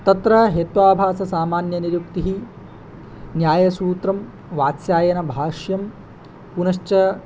तत्र हेत्वाभाससामान्यनियुक्तिः न्यायसूत्रं वात्स्यायनभाष्यं पुनश्च